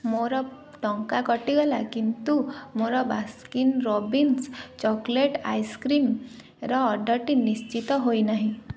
ମୋର ଟଙ୍କା କଟିଗଲା କିନ୍ତୁ ମୋର ବାସ୍କିନ୍ ରବିନ୍ସ ଚକୋଲେଟ୍ ଆଇସକ୍ରିମର ଅର୍ଡ଼ରଟି ନିଶ୍ଚିତ ହୋଇନାହିଁ